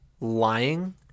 lying